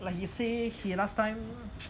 like he say he last time